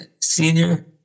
senior